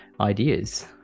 ideas